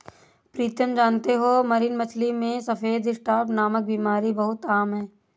प्रीतम जानते हो मरीन मछली में सफेद स्पॉट नामक बीमारी बहुत आम है